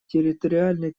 территориальной